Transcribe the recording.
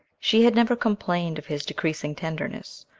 she had never complained of his decreasing tenderness,